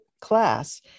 class